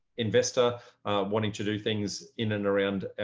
investor wanting to do things in and around,